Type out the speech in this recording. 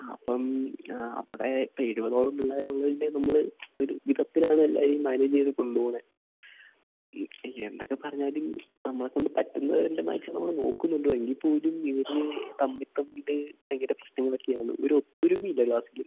അപ്പം ആ അവിടെ ഇരുപതോളം പിള്ളേരുള്ളതുകൊണ്ട് നമ്മൾ ഒരു വിധത്തിലാണ് എല്ലാവരെയും മാനേജ് ചെയ്ത് കൊണ്ടുപോവുന്നത് ഈ എന്തൊക്കെ പറഞ്ഞാലും നമ്മളെ കൊണ്ട് പറ്റുന്നതിൻ്റെ മാക്സിമം നമ്മൾ നോക്കുന്നുണ്ട് എങ്കിൽ പോലും ഇവർ തമ്മിൽ തമ്മിൽ ഭയങ്കര പ്രശ്നങ്ങളൊക്കെയാണ് ഒരൊത്തൊരുമയില്ല ക്ലാസിൽ